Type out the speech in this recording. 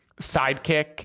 sidekick